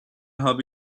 habe